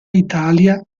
italia